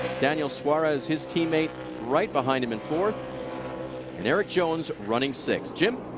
daniel suarez his teammate right behind him in fourth and erik jones running sixth. jim?